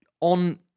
on